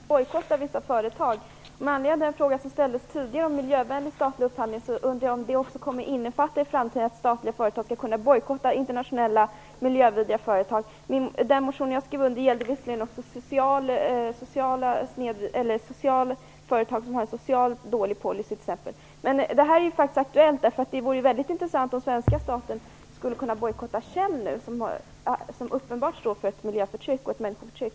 Herr talman! Jag har varit med som undertecknare av en motion som handlar om statlig upphandling och om att staten skall kunna bojkotta vissa företag. Med anledning av den fråga som ställdes tidigare om miljövänlig statlig upphandling undrar jag om den också kommer att innefatta att statliga företag i framtiden skall kunna bojkotta internationella miljövidriga företag. Den motion jag skrev under gällde visserligen också företag som har en socialt sett dålig policy. Men det här är faktiskt aktuellt, och det vore väldigt intressant om svenska staten skulle kunna bojkotta Shell, som står för ett uppenbart miljöförtryck och människoförtryck.